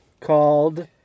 called